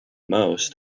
most